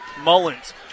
Mullins